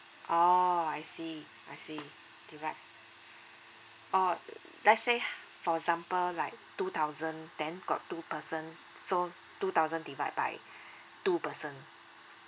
oh I see I see divide oh let's say for example like two thousand then got two person so two thousand divide by two person